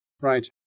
right